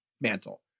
mantle